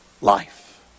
life